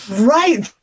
Right